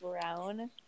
Brown